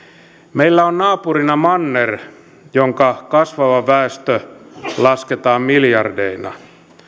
meillä on naapurina manner jonka kasvava väestö lasketaan miljardeina